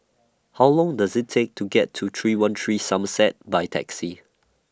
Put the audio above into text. How Long Does IT Take to get to three one three Somerset By Taxi